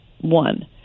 One